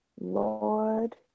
Lord